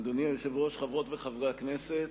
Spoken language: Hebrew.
אדוני היושב-ראש, חברות וחברי הכנסת,